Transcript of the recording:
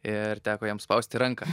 ir teko jam spausti ranką